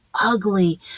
ugly